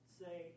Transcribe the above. say